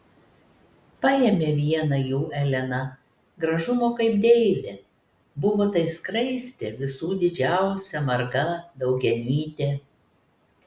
paėmė vieną jų elena gražumo kaip deivė buvo tai skraistė visų didžiausia marga daugianytė